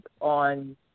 on